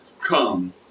come